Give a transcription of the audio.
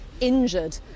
injured